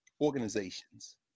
organizations